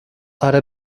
آره